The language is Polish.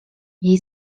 jej